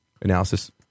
analysis